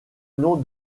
nom